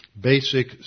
basic